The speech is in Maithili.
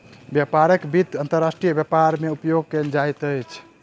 व्यापारक वित्त अंतर्राष्ट्रीय व्यापार मे उपयोग कयल जाइत अछि